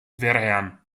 vehrehan